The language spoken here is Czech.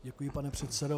Děkuji, pane předsedo.